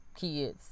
Kids